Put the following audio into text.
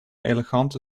elegante